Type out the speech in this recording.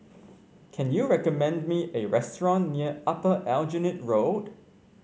can you recommend me a restaurant near Upper Aljunied Road